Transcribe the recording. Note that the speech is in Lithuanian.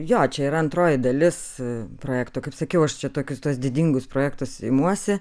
jo čia yra antroji dalis projekto kaip sakiau aš čia tokius tuos didingus projektus imuosi